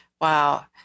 Wow